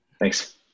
Thanks